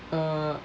uh